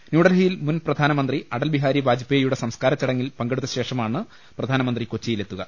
ന്യൂഡൽഹിയിൽ മുൻ പ്രധാനമന്ത്രി അടൽ ബിഹാരി വാജ്പേ യിയുടെ സംസ്കാരചടങ്ങിൽ പങ്കെടുത്തശേഷമാണ് പ്രധാനമന്ത്രി കൊച്ചിയിൽ എത്തുക